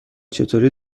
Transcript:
چطوری